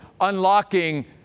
unlocking